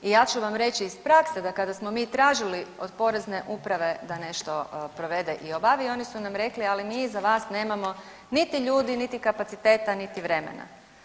I ja ću vam reći iz prakse da kada smo mi tražili od Porezne uprave da nešto provede i obavi oni su nam rekli ali mi za vas nemamo niti ljudi, niti kapaciteta, niti vremena.